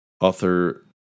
Author